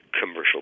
commercial